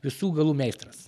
visų galų meistras